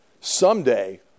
Someday